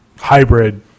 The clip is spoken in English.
hybrid